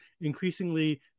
increasingly